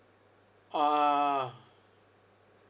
ah